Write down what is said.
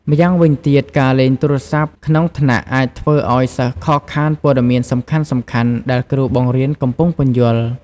ម្យ៉ាងវិញទៀត ការលេងទូរស័ព្ទក្នុងថ្នាក់អាចធ្វើឱ្យសិស្សខកខានព័ត៌មានសំខាន់ៗដែលគ្រូបង្រៀនកំពុងពន្យល់។